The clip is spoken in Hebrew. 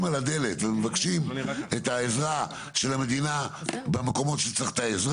על הדלת ומבקשים את העזרה של המדינה במקומות שצריך את העזרה,